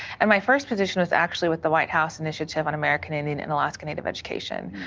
and my first position was actually with the white house initiative on american indian and alaska native education.